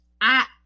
I-